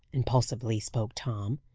impulsively spoke tom.